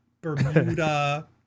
Bermuda